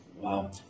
Wow